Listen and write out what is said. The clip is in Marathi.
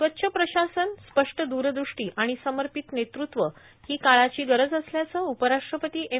स्वच्छ प्रशासन स्पष्ट द्रदृष्टां आर्गिण सर्मापत नेतृत्व हां काळाची गरज असल्याचं उपराष्ट्रपती एम